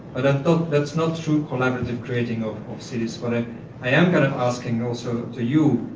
and i thought that's not true collaborative creating of cities. but i am kind of asking also, to you,